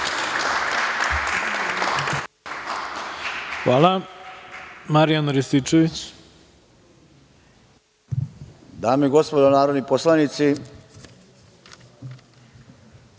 reč. **Marijan Rističević** Dame i gospodo narodni poslanici,